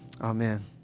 Amen